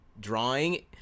drawing